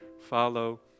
Follow